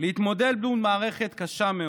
להתמודד מול מערכת קשה מאוד.